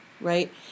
right